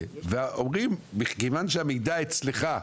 ואומרים 'מכיוון שהמידע אצלך',